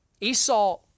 Esau